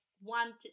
want